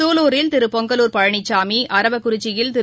சூலூரில் திருபொங்கலூர் பழனிச்சாமி அரவக்குறிச்சியில் திரு